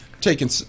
taking